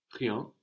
rien